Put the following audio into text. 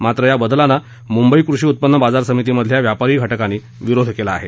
मात्र या बदलाला मुंबई कृषी उत्पन्न बाजार समितीमधील व्यापारी घटकांनी विरोध केला आहे